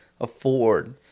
afford